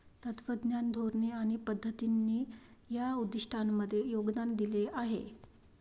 तत्त्वज्ञान, धोरणे आणि पद्धतींनी या उद्दिष्टांमध्ये योगदान दिले आहे